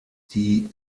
die